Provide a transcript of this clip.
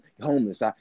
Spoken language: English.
homeless